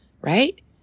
right